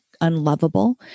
unlovable